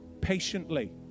patiently